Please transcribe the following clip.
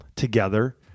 together